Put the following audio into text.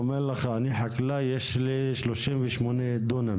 אומר לך, אני חקלאי, יש לי 38 דונמים.